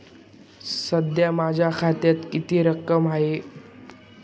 सध्या माझ्या खात्यात किती रक्कम आहे?